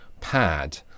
pad